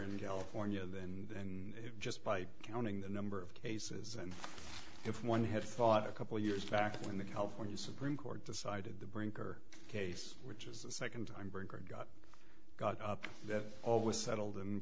in california then in just by counting the number of cases and if one had thought a couple years back when the california supreme court decided the brinker case which is the second time bernhard got got up that all was settled and